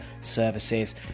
services